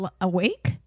awake